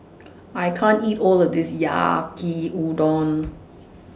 I can't eat All of This Yaki Udon